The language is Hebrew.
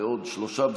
ועוד שלושה,